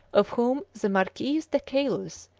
of whom the marquis de caylus,